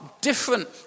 different